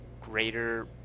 greater